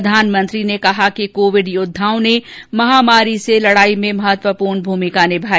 प्रधानमंत्री ने कहा कि कोविड योद्वाओं ने महामारी से लड़ाई में महत्वपूर्ण भूमिका निभाई